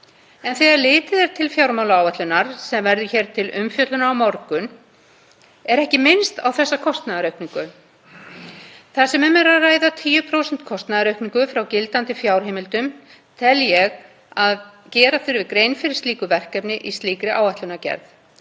En þegar litið er til fjármálaáætlunar sem verður hér til umfjöllunar á morgun er ekki minnst á þessa kostnaðaraukningu. Þar sem um er að ræða 10% kostnaðaraukningu frá gildandi fjárheimildum tel ég að gera þurfi grein fyrir slíku verkefni í slíkri áætlanagerð.